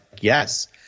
yes